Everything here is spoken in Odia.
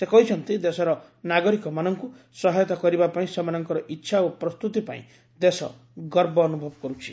ସେ କହିଛନ୍ତି ଦେଶର ନାଗରିକମାନଙ୍କୁ ସହାୟତା କରିବା ପାଇଁ ସେମାନଙ୍କର ଇଚ୍ଛା ଓ ପ୍ରସ୍ତୁତି ପାଇଁ ଦେଶ ଗର୍ବ ଅନୁଭବ କରୁଛି